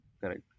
Correct